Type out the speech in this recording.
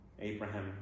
Abraham